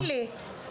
תני לי לדבר.